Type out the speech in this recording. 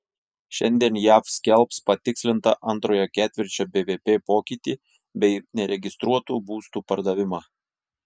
šiandien jav skelbs patikslintą antrojo ketvirčio bvp pokytį bei neregistruotų būstų pardavimą